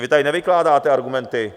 Vy tady nevykládáte argumenty.